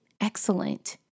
excellent